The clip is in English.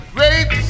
Great